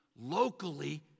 locally